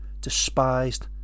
despised